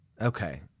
Okay